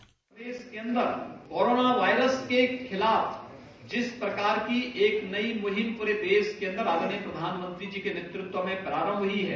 bite प्रदेश के अन्दर कोरोना वायरस के खिलाफ जिस प्रकार की एक नई मुहिम पूरे दंश के अन्दर आदरणीय प्रधानमंत्री के नेतृत्व में आरम्भ हुई है